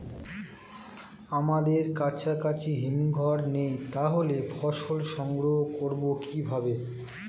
আমাদের কাছাকাছি হিমঘর নেই তাহলে ফসল সংগ্রহ করবো কিভাবে?